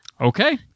Okay